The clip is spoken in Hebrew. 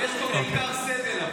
יש פה בעיקר סבל.